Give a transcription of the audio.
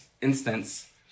instance